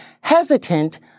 hesitant